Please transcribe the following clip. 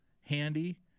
handy